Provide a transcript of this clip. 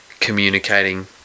communicating